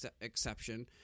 exception